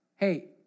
Hey